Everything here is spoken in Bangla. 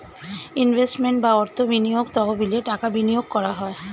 ইনভেস্টমেন্ট বা অর্থ বিনিয়োগ তহবিলে টাকা বিনিয়োগ করা হয়